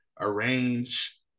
arrange